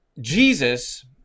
Jesus